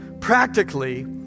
Practically